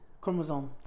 Chromosome